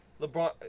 LeBron